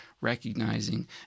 recognizing